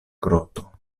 groto